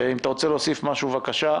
אם אתה רוצה להוסיף משהו, בבקשה.